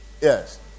Yes